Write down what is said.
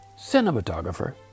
cinematographer